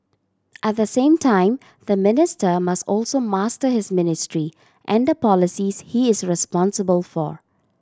at the same time the minister must also master his ministry and the policies he is responsible for